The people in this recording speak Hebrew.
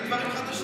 תביאי דברים חדשים.